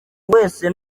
wese